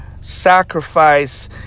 sacrifice